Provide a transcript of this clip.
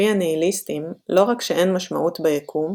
לפי הניהיליסטים, לא רק שאין משמעות ביקום,